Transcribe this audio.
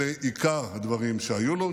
אלו עיקר הדברים שהיו לו.